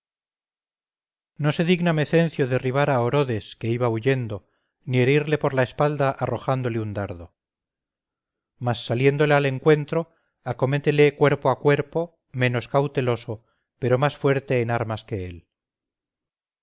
no se digna mecencio derribar a orodes que iba huyendo ni herirle por la espalda arrojándole un dardo mas saliéndole al encuentro acométele cuerpo a cuerpo menos cauteloso pero más fuerte en armas que él